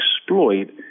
exploit